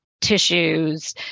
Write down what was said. tissues